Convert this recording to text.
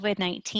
COVID-19